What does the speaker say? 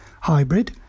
hybrid